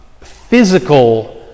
physical